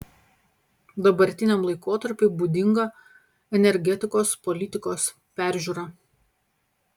dabartiniam laikotarpiui būdinga energetikos politikos peržiūra